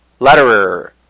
Letterer